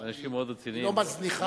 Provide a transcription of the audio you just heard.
לא מזניחה.